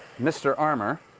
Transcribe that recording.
mr. armor.